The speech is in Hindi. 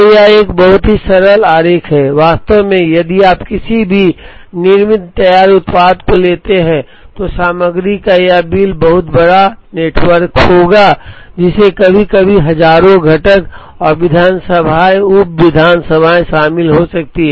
तो यह एक बहुत ही सरल आरेख है वास्तव में यदि आप किसी भी निर्मित तैयार उत्पाद को लेते हैं तो सामग्री का यह बिल एक बहुत बड़ा नेटवर्क होगा जिसमें कभी कभी हजारों घटक और विधानसभाएं और उप विधानसभाएं शामिल हो सकती हैं